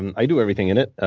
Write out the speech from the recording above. and i do everything in it.